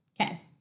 Okay